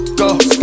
go